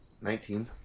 Nineteen